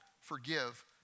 forgive